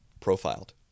profiled